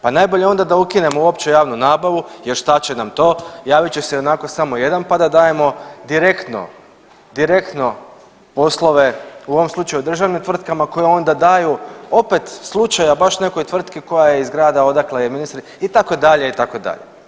Pa najbolje onda da ukinemo uopće javnu nabavu jer šta će nam to, javit će se ionako samo jedan, pa da dajemo direktno, direktno poslove u ovom slučaju državnim tvrtkama koje onda daju opet slučaja baš nekoj tvrtki koja je iz grada odakle je ministri itd., itd.